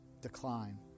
decline